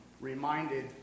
reminded